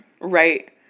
Right